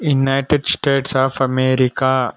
United States of America